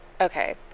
okay